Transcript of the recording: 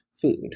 food